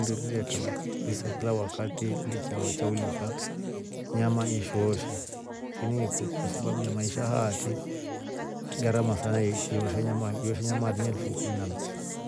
Nndo kilekana kabisa kila wakati nichao chaulika nyama yeshoosha, kwasababu ya maisha haatri gharama sana iyosha nyama iyosha nyama haatri ni elfu kumi na mbili.